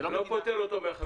זה לא פוטר אותו מאחריות.